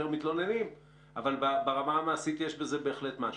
מתלוננים אבל ברמה המעשית בהחלט יש בזה משהו.